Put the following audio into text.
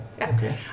okay